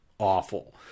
Awful